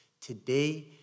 today